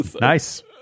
Nice